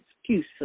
excuse